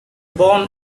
born